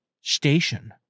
station